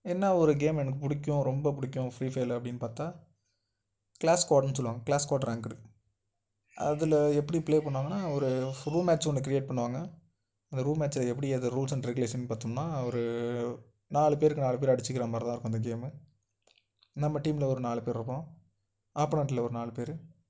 என்ன ஒரு கேம் எனக்கு பிடிக்கும் ரொம்ப பிடிக்கும் ஃப்ரீ ஃபயரில் அப்படின்னு பார்த்தா க்ளாஸ் ஸ்குவாட்னு சொல்லுவாங்கள் க்ளாஸ் ஸ்குவாட் ரேங்க்டு அதில் எப்படி ப்ளே பண்ணுவாங்கன்னால் ஒரு ஃப்ரு மேட்ச் ஒன்று க்ரியேட் பண்ணுவாங்கள் அந்த ரூம் மேட்சில் எப்படி அந்த ரூல்ஸ் அண்ட் ரெகுலேஷன் பார்த்தோம்னா ஒரு நாலு பேருக்கு நாலு பேரு அடிச்சுக்கிற மாதிரி தான் இருக்கும் அந்த கேமு நம்ம டீமில் ஒரு நாலு பேரு இருக்கோம் ஆப்போனன்ட்டில் ஒரு நாலு பேரு